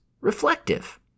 reflective